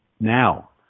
now